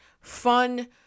fun